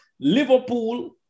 Liverpool